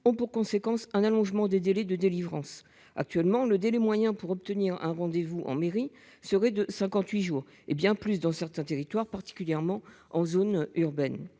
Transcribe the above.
ont pour conséquence un allongement des délais de délivrance. Actuellement, le délai moyen pour obtenir un rendez-vous en mairie serait de 58 jours hé bien plus dans certains territoires, particulièrement en zone urbaine.